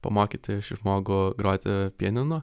pamokyti šį žmogų groti pianinu